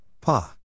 Pa